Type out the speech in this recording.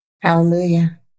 Hallelujah